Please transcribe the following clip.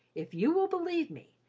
if you will believe me,